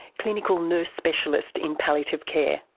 clinical nurse specialist in palliative care.